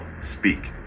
speak